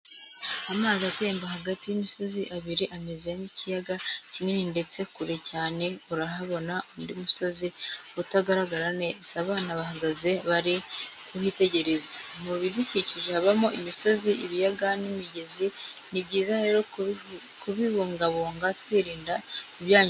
Amazi atemba hagati y'imisozi ibiri ameze nk'ikiyaga kinini ndetse kure cyane urahabona undi musozi utagaragara neza, abana bahagaze bari kuhiitegereza. Mu bidukikije habamo imisozi ibiyaga n'imigezi ni byiza rero kubibungabunga twirinda kubyangiza kuko bidufitiye akamaro.